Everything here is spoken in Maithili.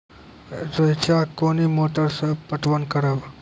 रेचा कोनी मोटर सऽ पटवन करव?